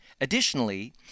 Additionally